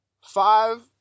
five